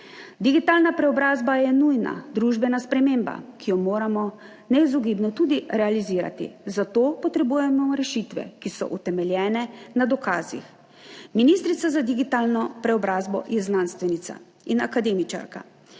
Digitalna preobrazba je nujna družbena sprememba, ki jo moramo neizogibno tudi realizirati. Za to potrebujemo rešitve, ki so utemeljene na dokazih. Ministrica za digitalno preobrazbo je znanstvenica in akademičarka,